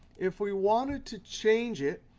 if we wanted to change it,